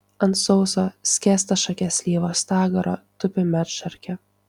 ant sauso skėstašakės slyvos stagaro tupi medšarkė